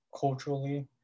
culturally